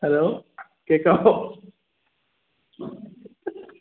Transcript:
hello കേൾക്കാമോ